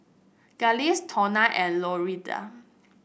Glynis Tonia and Lorinda